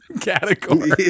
category